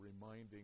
reminding